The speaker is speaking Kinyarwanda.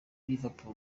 liverpool